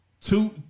two